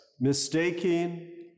mistaking